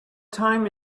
time